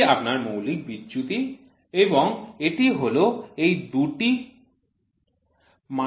এটি আপনার মৌলিক বিচ্যুতি এবং এটি হল এই দুটি মানের মধ্যে দূরত্ব